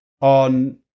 on